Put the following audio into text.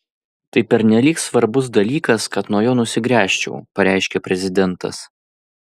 tai pernelyg svarbus dalykas kad nuo jo nusigręžčiau pareiškė prezidentas